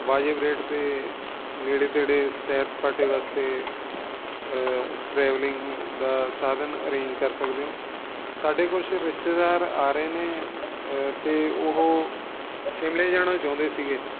ਵਾਜਬ ਰੇਟ 'ਤੇ ਨੇੜੇ ਤੇੜੇ ਸੈਰ ਸਪਾਟੇ ਵਾਸਤੇ ਟਰੈਵਲਿੰਗ ਦਾ ਸਾਧਨ ਅਰੇਂਜ ਕਰ ਸਕਦੇ ਹੋ ਸਾਡੇ ਕੁਛ ਰਿਸ਼ਤੇਦਾਰ ਆ ਰਹੇ ਨੇ ਅਤੇ ਉਹ ਸ਼ਿਮਲੇ ਜਾਣਾ ਚਾਹੁੰਦੇ ਸੀਗੇ